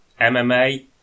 MMA